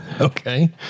Okay